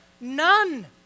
None